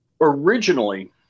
originally